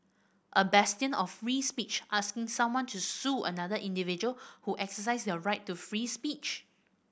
a bastion of free speech asking someone to sue another individual who exercised their right to free speech